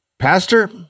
Pastor